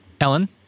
Ellen